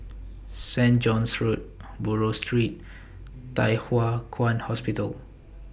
St John's Road Buroh Street and Thye Hua Kwan Hospital